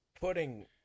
putting